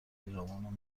پیرامون